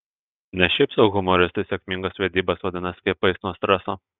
ne šiaip sau humoristai sėkmingas vedybas vadina skiepais nuo streso